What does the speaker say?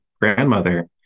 grandmother